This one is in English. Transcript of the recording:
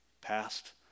past